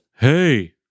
hey